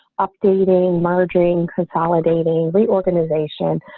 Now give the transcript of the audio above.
updating murdering consolidating reorganization.